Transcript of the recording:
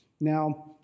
Now